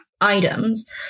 items